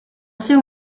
seu